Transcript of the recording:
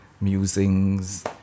Musings